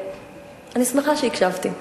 יחידות דיור,